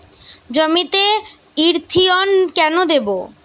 জমিতে ইরথিয়ন কেন দেবো?